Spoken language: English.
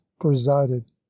presided